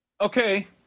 Okay